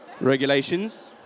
regulations